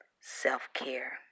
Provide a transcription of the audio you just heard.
self-care